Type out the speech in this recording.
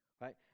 Right